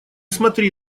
смотри